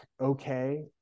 Okay